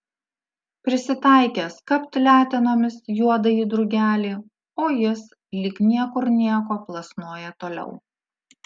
prisitaikęs kapt letenomis juodąjį drugelį o jis lyg niekur nieko plasnoja toliau